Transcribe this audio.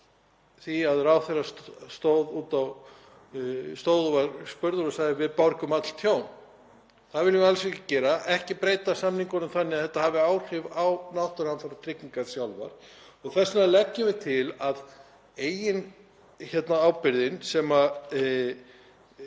því að ráðherra sem stóð þar var spurður og hann sagði: Við borgum öll tjón. Það viljum við alls ekki gera, ekki breyta samningunum þannig að þetta hafi áhrif á náttúruhamfaratryggingarnar sjálfar og þess vegna leggjum við til að eigin ábyrgðin sem